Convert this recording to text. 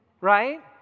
right